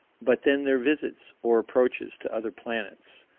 but then their visits, or approaches, to other planets,